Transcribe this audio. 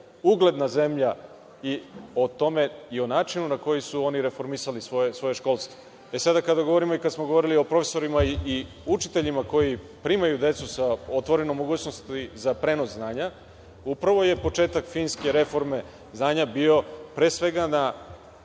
ugledna zemlja i o tome i o načinu na koji su oni reformisali svoje školstvo.E, sada kada govorimo, i kada smo govorili o profesorima i učiteljima, koji primaju decu sa otvorenom mogućnosti za prenos znanja, upravo je početak Finske reforme znanja bio pre svega na